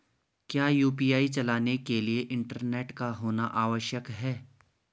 क्या यु.पी.आई चलाने के लिए इंटरनेट का होना आवश्यक है?